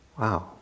Wow